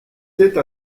tête